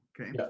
Okay